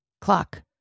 Clock